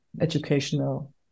educational